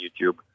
YouTube